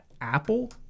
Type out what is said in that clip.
Apple